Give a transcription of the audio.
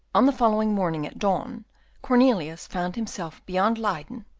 on the following morning at dawn cornelius found himself beyond leyden,